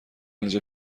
اینجا